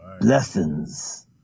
Blessings